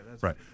Right